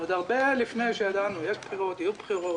עוד הרבה לפני שידענו שיהיו בחירות.